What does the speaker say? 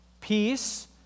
peace